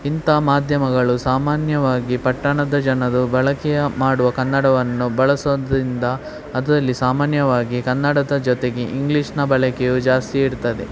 ಇಂಥ ಮಾಧ್ಯಮಗಳು ಸಾಮಾನ್ಯವಾಗಿ ಪಟ್ಟಣದ ಜನರು ಬಳಕೆ ಮಾಡುವ ಕನ್ನಡವನ್ನು ಬಳಸೋದರಿಂದ ಅದರಲ್ಲಿ ಸಾಮಾನ್ಯವಾಗಿ ಕನ್ನಡದ ಜೊತೆಗೆ ಇಂಗ್ಲೀಷ್ನ ಬಳಕೆಯೂ ಜಾಸ್ತಿ ಇರ್ತದೆ